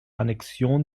annexion